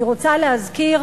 אני רוצה להזכיר,